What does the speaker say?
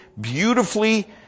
beautifully